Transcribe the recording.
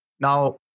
Now